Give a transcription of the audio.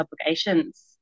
obligations